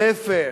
להיפך.